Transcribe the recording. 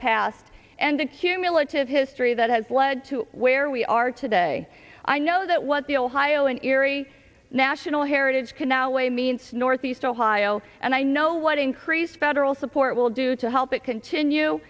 past and a cumulative history that has led to where we are today i know that was the ohio in erie national heritage canal way means northeast ohio and i know what increased federal support will do to help it continue